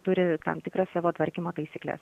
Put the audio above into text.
turi tam tikras savo tvarkymo taisykles